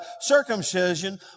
circumcision